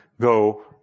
go